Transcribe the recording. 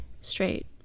straight